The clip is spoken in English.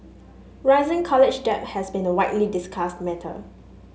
rising college debt has been a widely discussed matter